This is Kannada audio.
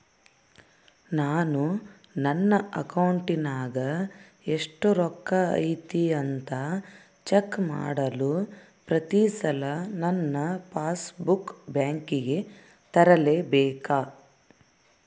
ನಾನು ನನ್ನ ಅಕೌಂಟಿನಾಗ ಎಷ್ಟು ರೊಕ್ಕ ಐತಿ ಅಂತಾ ಚೆಕ್ ಮಾಡಲು ಪ್ರತಿ ಸಲ ನನ್ನ ಪಾಸ್ ಬುಕ್ ಬ್ಯಾಂಕಿಗೆ ತರಲೆಬೇಕಾ?